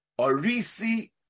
Orisi